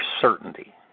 certainty